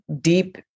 deep